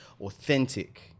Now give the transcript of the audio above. authentic